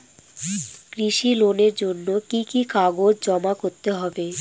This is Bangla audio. কৃষি লোনের জন্য কি কি কাগজ জমা করতে হবে?